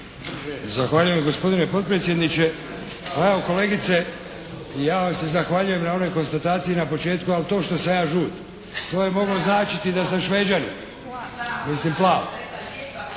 Zahvaljujem gospodine potpredsjedniče. Hvala kolegice. Ja vam se zahvaljujem na onoj konstataciji na početku, ali to sam ja žut to je moglo značiti da sam Šveđanin, mislim plav.